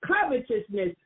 covetousness